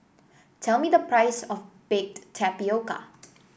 tell me the price of Baked Tapioca